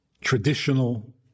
traditional